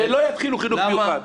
שלא יתחילו חינוך מיוחד.